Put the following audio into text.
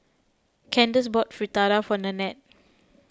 Kandace bought Fritada for Nannette